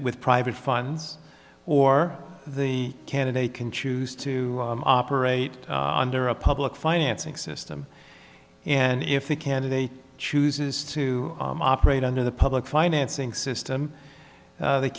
with private funds or the candidate can choose to operate under a public financing system and if the candidate chooses to operate under the public financing system